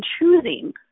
choosing